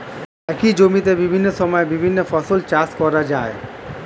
একই জমিতে বিভিন্ন সময়ে বিভিন্ন ফসল চাষ করা যায়